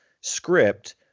script